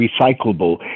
recyclable